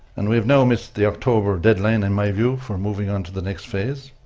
and we've now missed the october deadline, in my view, for moving onto the next phase.